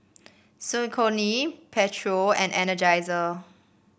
Saucony Pedro and Energizer